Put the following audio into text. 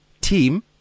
team